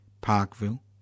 Parkville